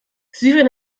syrien